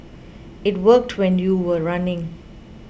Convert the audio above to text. it worked when you were running